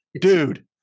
dude